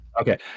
okay